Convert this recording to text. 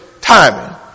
timing